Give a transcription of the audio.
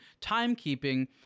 timekeeping